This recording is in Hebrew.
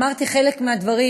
אמרתי חלק מהדברים